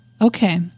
okay